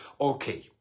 Okay